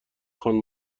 خوان